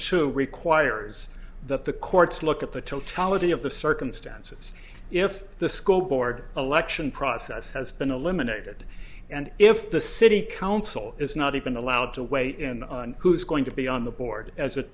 two requires that the courts look at the totality of the circumstances if the school board election process has been eliminated and if the city council is not even allowed to weigh in on who is going to be on the board as